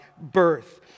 birth